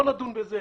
בואו נדון בזה.